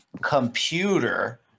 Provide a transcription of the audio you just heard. computer